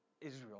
Israel